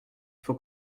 faut